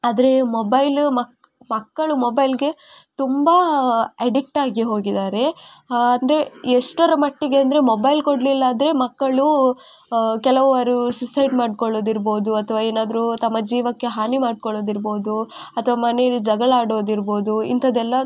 ಆದರೆ ಮೊಬೈಲ್ ಮಕ್ಕಳು ಮೊಬೈಲ್ಗೆ ತುಂಬ ಎಡಿಕ್ಟಾಗಿ ಹೋಗಿದ್ದಾರೆ ಅಂದರೆ ಎಷ್ಟರ ಮಟ್ಟಿಗೆ ಅಂದರೆ ಮೊಬೈಲ್ ಕೊಡಲಿಲ್ಲ ಆದರೆ ಮಕ್ಕಳು ಕೆಲವರು ಸುಸೈಡ್ ಮಾಡ್ಕೊಳೋದು ಇರ್ಬೋದು ಅಥವಾ ಏನಾದರೂ ತಮ್ಮ ಜೀವಕ್ಕೆ ಹಾನಿ ಮಾಡ್ಕೊಳೋದು ಇರ್ಬೋದು ಅಥವಾ ಮನೆಯಲ್ಲಿ ಜಗಳ ಆಡೋದು ಇರ್ಬೋದು ಇಂಥದ್ದೆಲ್ಲ